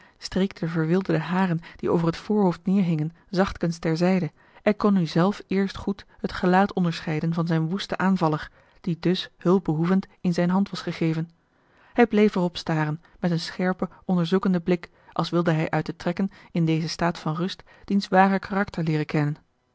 de verwilderde haren die over het voorhoofd neêrhingen zachtkens ter zijde en kon nu zelfs eerst goed het gelaat onderscheiden van zijn woesten aanvaller die dus hulpbehoevend in zijne hand was gegeven hij bleef er op staren met een scherpen onderzoekenden blik als wilde hij uit de trekken in dezen staat van rust diens ware karakter leeren kennen